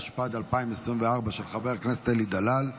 התשפ"ד 2024, של חבר הכנסת אלי דלל.